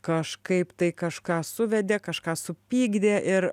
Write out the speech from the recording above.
kažkaip tai kažką suvedė kažką supykdė ir